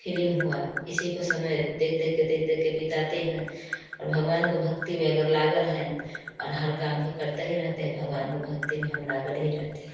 film हुआ इसी को समय देख देख के देख देख के बिताते हैं और भगवान को भक्ति में अगर लगता है और हर काम भी करता ही रहते हैं भगवान को भक्ति में हम लगते ही रहते हैं